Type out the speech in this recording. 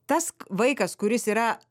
tas vaikas kuris yra